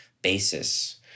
Basis